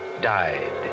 died